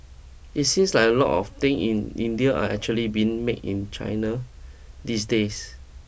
it seems like a lot of things in India are actually being made in China these days